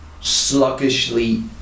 sluggishly